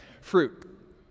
fruit